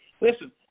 listen